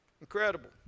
Incredible